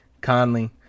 Conley